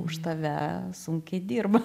už tave sunkiai dirba